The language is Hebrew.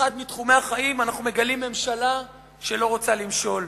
אחד מתחומי החיים אנחנו מגלים ממשלה שלא רוצה למשול,